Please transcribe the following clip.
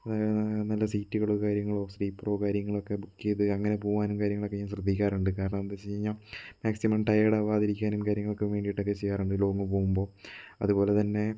നല്ല സീറ്റുകളോ കാര്യങ്ങളോ സ്ലീപ്പറോ കാര്യങ്ങളൊക്കെ ബുക്ക് ചെയ്ത് അങ്ങനെ പോവാനും കാര്യങ്ങളൊക്കെ ഞാൻ ശ്രദ്ധിക്കാറുണ്ട് കാരണം എന്താ വെച്ച് കഴിഞ്ഞാൽ മാക്സിമം ടയേർഡ് ആവാതിരിയ്ക്കാനും കാര്യങ്ങളൊക്കെ വേണ്ടിയിട്ടൊക്കെ ചെയ്യാറുണ്ട് ലോങ്ങ് പോവുമ്പോൾ അതുപോലെതന്നെ